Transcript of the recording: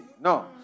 No